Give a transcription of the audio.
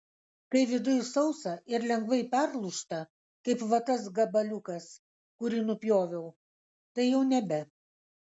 kai viduj sausa ir lengvai perlūžta kaip va tas gabaliukas kurį nupjoviau tai jau nebe